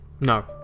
no